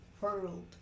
world